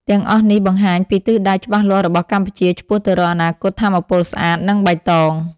ទាំងអស់នេះបង្ហាញពីទិសដៅច្បាស់លាស់របស់កម្ពុជាឆ្ពោះទៅរកអនាគតថាមពលស្អាត និងបៃតង។